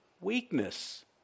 weakness